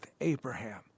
Abraham